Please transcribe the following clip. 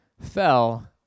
fell